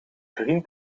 vriend